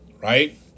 right